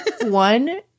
One